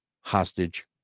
hostage